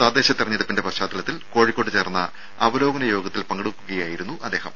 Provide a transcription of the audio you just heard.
തദ്ദേശ തെരഞ്ഞെടുപ്പിന്റെ പശ്ചാത്തലത്തിൽ കോഴിക്കോട് ചേർന്ന അവലോകന യോഗത്തിൽ പങ്കെടുക്കുകയായിരുന്നു അദ്ദേഹം